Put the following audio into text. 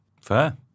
fair